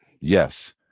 Yes